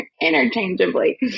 interchangeably